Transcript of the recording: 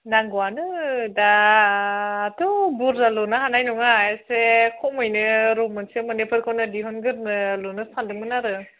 नांगौआनो दाथ' बुरजा लुनो हानाय नङा एसे खमैनो रुम मोनसे मोन्नैफोरखौनो दिहुनग्रोनो लुनो सानदोंमोन आरो